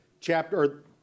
chapter